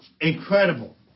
incredible